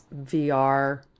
VR